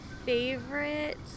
favorite